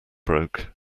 broke